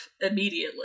immediately